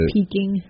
Peeking